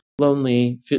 lonely